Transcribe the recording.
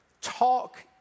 talk